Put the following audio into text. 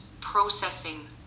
processing